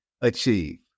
achieve